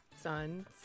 Sons